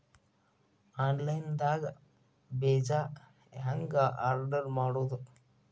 Online ದಾಗ ಬೇಜಾ ಹೆಂಗ್ ಆರ್ಡರ್ ಮಾಡೋದು?